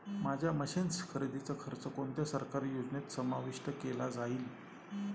माझ्या मशीन्स खरेदीचा खर्च कोणत्या सरकारी योजनेत समाविष्ट केला जाईल?